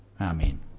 Amen